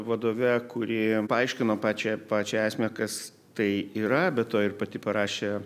vadove kuri paaiškino pačią pačią esmę kas tai yra be to ir pati parašė